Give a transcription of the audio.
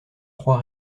trois